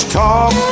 talk